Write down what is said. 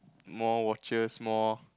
more watches more